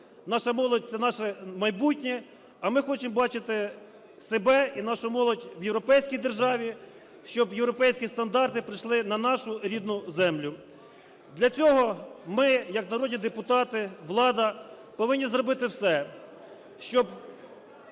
наша молодь – це наше майбутнє. А ми хочемо бачити себе і нашу молодь в європейській державі, щоб європейські стандарти прийшли на нашу рідну землю. Для цього ми як народні депутати, влада повинні зробити все, щоб